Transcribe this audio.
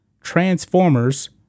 Transformers